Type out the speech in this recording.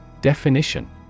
Definition